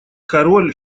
король